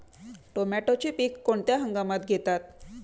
टोमॅटोचे पीक कोणत्या हंगामात घेतात?